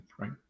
right